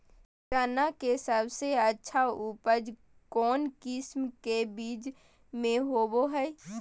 चना के सबसे अच्छा उपज कौन किस्म के बीच में होबो हय?